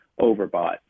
overbought